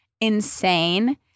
insane